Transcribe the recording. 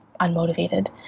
unmotivated